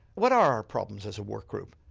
what are our problems as a work group,